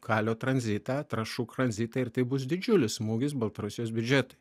kalio tranzitą trąšų tranzitą ir tai bus didžiulis smūgis baltarusijos biudžetui